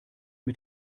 mit